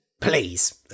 Please